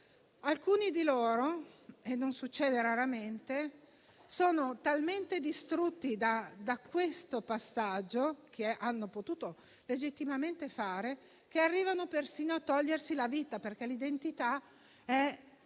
fisico del sesso - non succede raramente - sono talmente distrutte da questo passaggio, che hanno potuto legittimamente fare, che arrivano persino a togliersi la vita, perché l'identità e